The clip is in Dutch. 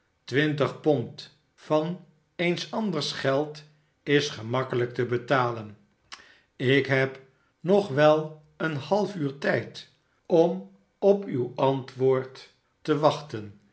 twintig pond van eens anders geld is gemakkelijk tebetalen ik heb nog wel een half uur tijd om op uw antwoord te wachten